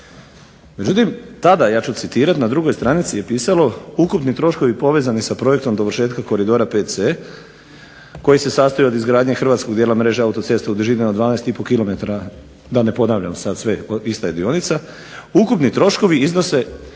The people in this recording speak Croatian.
12,5 km. Tada, ja ću citirati, na drugoj stranici je pisalo ukupni troškovi povezani s projektom dovršetka koridora VC koji se sastoji od izgradnje Hrvatskog dijela mreže autocesta u dužini od 12,5 km da ne ponavljam sve, ista je dionica, ukupni troškovi iznose